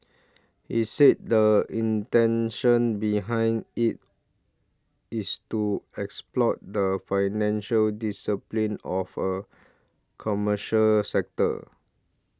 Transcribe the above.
he said the intention behind it is to exploit the financial discipline of a commercial sector